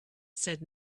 said